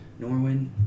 Norwin